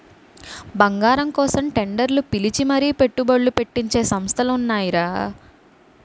బంగారం కోసం టెండర్లు పిలిచి మరీ పెట్టుబడ్లు పెట్టించే సంస్థలు ఉన్నాయిరా